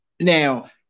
Now